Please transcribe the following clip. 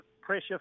pressure